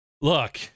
look